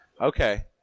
Okay